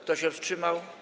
Kto się wstrzymał?